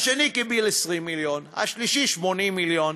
השני קיבל 20 מיליון, השלישי, 80 מיליון,